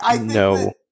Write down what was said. No